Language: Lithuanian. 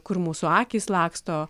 kur mūsų akys laksto